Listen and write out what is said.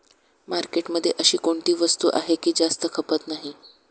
मार्केटमध्ये अशी कोणती वस्तू आहे की जास्त खपत नाही?